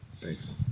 Thanks